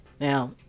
Now